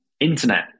internet